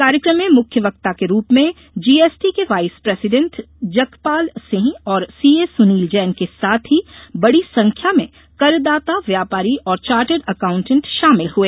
कार्यक्रम में मुख्य वक्ता के रूप में जीएसटी के वॉइस प्रसिडेंट जगपाल सिंह और सीए सुनील जैन के साथ ही बड़ी संख्या में करदाता व्यापारी और चार्टर्ड अकाउण्टेंट शामिल हुए